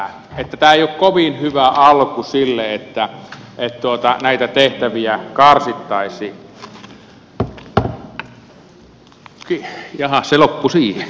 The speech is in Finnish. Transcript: tämä ei ole kovin hyvä alku sille että näitä tehtäviä karsittaisiin